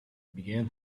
began